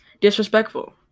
Disrespectful